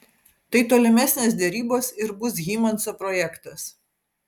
tai tolimesnės derybos ir bus hymanso projektas